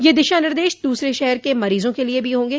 ये दिशा निर्देश दूसरे शहर के मरीजों के लिए भी होंगे